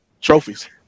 Trophies